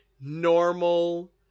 normal